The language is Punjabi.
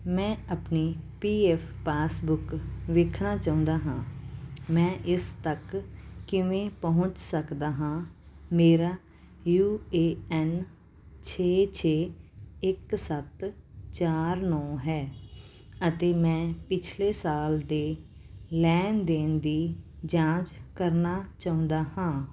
ਮੈਂ ਆਪਣੀ ਪੀਐੱਫ ਪਾਸਬੁੱਕ ਵੇਖਣਾ ਚਾਹੁੰਦਾ ਹਾਂ ਮੈਂ ਇਸ ਤੱਕ ਕਿਵੇਂ ਪਹੁੰਚ ਸਕਦਾ ਹਾਂ ਮੇਰਾ ਯੂ ਏ ਐਨ ਛੇ ਛੇ ਇੱਕ ਸੱਤ ਚਾਰ ਨੌਂ ਹੈ ਅਤੇ ਮੈਂ ਪਿਛਲੇ ਸਾਲ ਦੇ ਲੈਣ ਦੇਣ ਦੀ ਜਾਂਚ ਕਰਨਾ ਚਾਹੁੰਦਾ ਹਾਂ